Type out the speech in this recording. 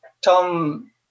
Tom